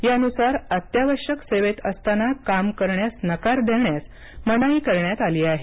यानुसार अत्यावश्यक सेवेत असताना काम करण्यास नकार देण्यास मनाई करण्यात आली आहे